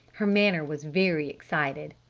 her manner was very excited.